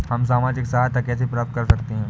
हम सामाजिक सहायता कैसे प्राप्त कर सकते हैं?